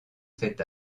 cet